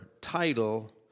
title